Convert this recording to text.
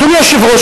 אדוני היושב-ראש,